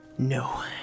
No